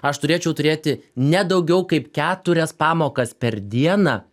aš turėčiau turėti ne daugiau kaip keturias pamokas per dieną